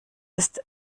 ist